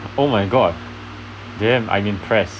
oh my god damn I'm impressed